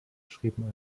schrieben